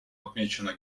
отмечено